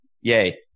Yay